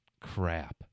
crap